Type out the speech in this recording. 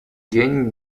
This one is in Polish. dzień